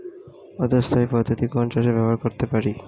অর্ধ স্থায়ী পদ্ধতি কোন চাষে ব্যবহার করতে পারি?